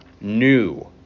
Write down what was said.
new